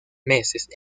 meses